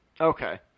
Okay